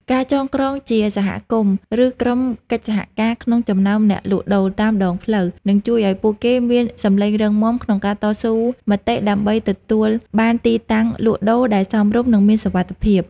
ការចងក្រងជាសមាគម ឬក្រុមកិច្ចសហការក្នុងចំណោមអ្នកលក់ដូរតាមដងផ្លូវ នឹងជួយឱ្យពួកគេមានសម្លេងរឹងមាំក្នុងការតស៊ូមតិដើម្បីទទួលបានទីតាំងលក់ដូរដែលសមរម្យ និងមានសុវត្ថិភាព។